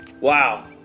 wow